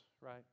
right